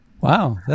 Wow